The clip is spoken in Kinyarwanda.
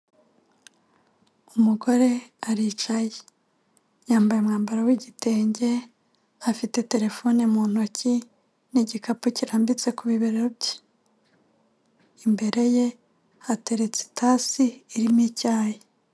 Umugore aricaye yambaye umwambaro w'igitenge, afite terefone mu ntoki, n'igikapu kirambitse ku bibero bye, imbere ye hateretse itasi irimo icyayi.